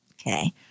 Okay